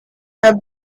have